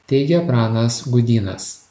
teigia pranas gudynas